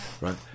Right